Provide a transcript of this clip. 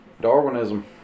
Darwinism